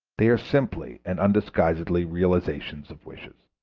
they are simply and undisguisedly realizations of wishes.